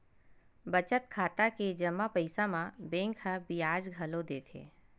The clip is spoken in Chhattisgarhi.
बचत खाता के जमा पइसा म बेंक ह बियाज घलो देथे